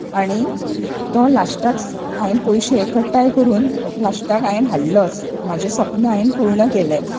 आनी तो लास्टाक हांवें पयसे एकठांय करून लास्टाक हांवें हाडलोच म्हाजें स्वप्न हांवें पूर्ण केलें